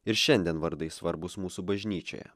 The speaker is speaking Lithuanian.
ir šiandien vardai svarbus mūsų bažnyčioje